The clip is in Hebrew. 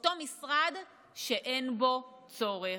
אותו משרד שאין בו צורך.